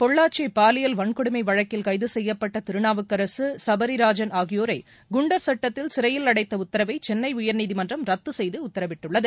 பொள்ளாச்சி பாலியல் வன்கொடுமை வழக்கில் கைது செய்யப்பட்ட திருநாவுக்கரசு சபரிராஜன் ஆகியோரை குண்டர் சட்டத்தில் சிறையில் அடடத்த உத்தரவை சென்னை உயர்நீதிமன்றம் ரத்து செய்து உத்தரவிட்டுள்ளது